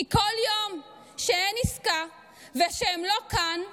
כי כל יום שאין עסקה ושהם לא כאן,